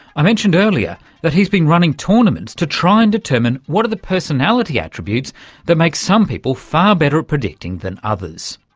i mentioned earlier that he's been running tournaments to try and determine what are the personality attributes that make some people far better at predicting than others?